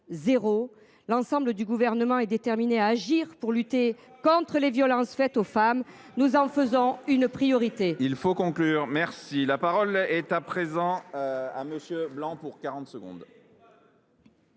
L’ensemble du Gouvernement est déterminé à agir pour lutter contre les violences faites aux femmes. Nous en faisons une priorité.